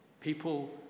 People